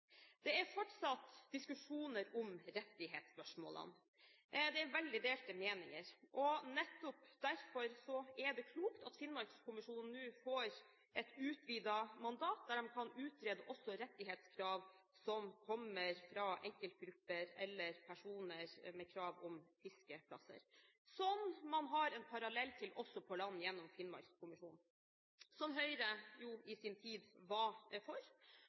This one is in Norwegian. Det er fortsatt diskusjoner om rettighetsspørsmålene. Det er veldig delte meninger. Nettopp derfor er det klokt at Finnmarkskommisjonen nå får et utvidet mandat der den kan utrede også rettighetskrav som kommer fra enkeltgrupper eller personer med krav om fiskeplasser, som man har en parallell til også på land gjennom Finnmarkskommisjonen – som Høyre jo i sin tid var for.